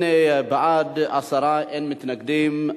בעד, 10, אין מתנגדים.